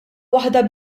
waħda